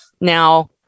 Now